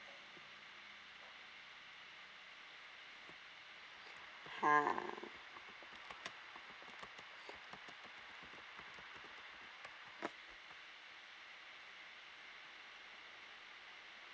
!huh!